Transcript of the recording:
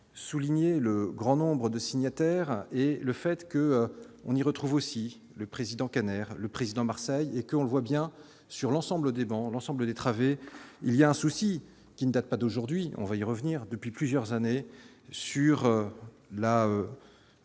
souligner le grand nombre de signataires et le fait que on y retrouve aussi le président, canner le président, Marseille et que, on le voit bien sur l'ensemble des banques, l'ensemble des travées il y a un souci qui ne date pas d'aujourd'hui, on va y revenir depuis plusieurs années sur la